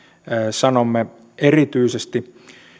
sanomme erityisesti